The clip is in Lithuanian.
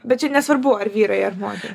bet čia nesvarbu ar vyrai ar moter